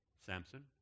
Samson